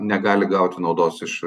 negali gauti naudos iš